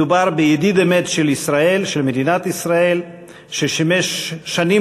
מדובר בידיד אמת של מדינת ישראל ששימש שנים